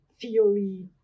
theory